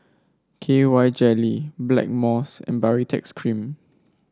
K Y Jelly Blackmores and Baritex Cream